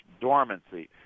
dormancy